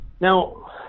Now